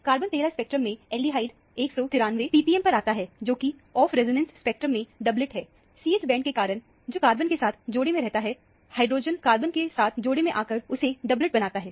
carbon 13 spectrum में aldehyde ppm पर आता है जोकि ऑफ रेजोनेंस स्पेक्ट्रम में डबलएट है CH बांड के कारण जो कार्बन के साथ जोड़े में रहता है हाइड्रोजन कार्बन के साथ जोड़े में आकर उसे डबलएट बनाता है